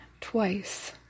twice